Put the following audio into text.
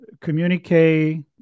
communicate